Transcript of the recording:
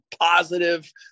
positive